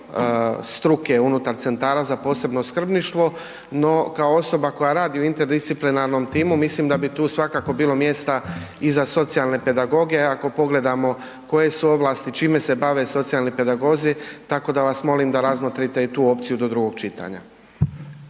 struke unutar centara za posebno skrbništvo, no kao osoba koja radi u interdisciplinarnom timu mislim da bi tu svakako bilo mjesta i za socijalne pedagoge, ako pogledamo koje su ovlasti, čime se bave socijalni pedagozi, tako da vas molim da razmotrite i tu opciju do drugog čitanja.